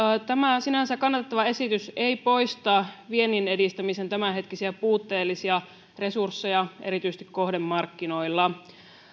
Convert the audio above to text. tämä sinänsä kannatettava esitys ei korjaa viennin edistämisen tämänhetkisiä puutteellisia resursseja erityisesti kohdemarkkinoilla